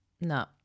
No